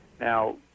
Now